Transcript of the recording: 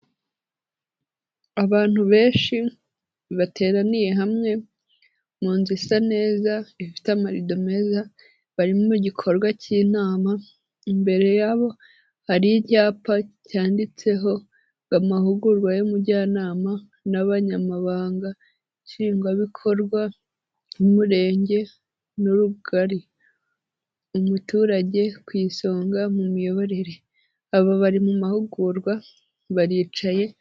Abantu benshi bateraniye hamwe mu nzu isa neza, ifite amarido meza, barimo mu gikorwa cy'inama, imbere yabo hari icyapa cyanditseho amahugurwa y'umujyanama n'abanyamabanga nshingwabikorwa b'umurenge n'ubugari. Umuturage ku isonga mu miyoborere, abo bari mu mahugurwa baricaye.